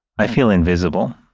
i feel invisible.